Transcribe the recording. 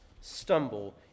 stumble